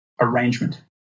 arrangement